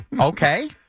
Okay